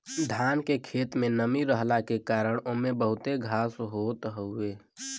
धान के खेत में नमी रहला के कारण ओमे घास बहुते होत हवे